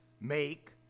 make